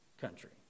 country